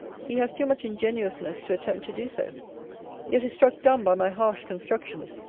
he has too much ingenuousness to attempt to do so yet is struck dumb by my harsh construction,